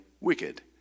wicked